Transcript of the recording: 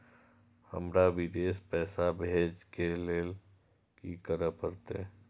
हमरा विदेश पैसा भेज के लेल की करे परते?